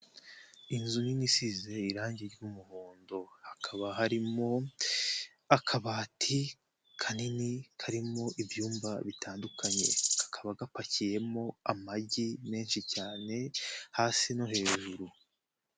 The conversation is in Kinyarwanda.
Inzu nini isize irangi ry'umuhondo, hakaba harimo akabati kanini karimo ibyumba bitandukanye, ka kaba gapakiyemo amagi menshi cyane hasi no hejuru.